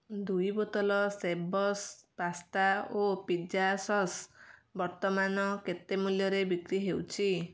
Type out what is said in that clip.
ଦୁଇ ବୋତଲ ଶେବସ୍ ପାସ୍ତା ଓ ପିଜା ସସ୍ ବର୍ତ୍ତମାନ କେତେ ମୂଲ୍ୟରେ ବିକ୍ରି ହେଉଛି